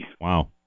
Wow